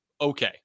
Okay